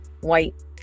white